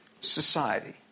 society